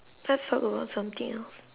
let's talk about something else